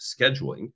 scheduling